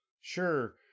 Sure